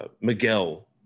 Miguel